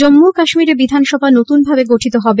জন্মু ও কাশ্মীরে বিধানসভা নতুনভাবে গঠিত হবে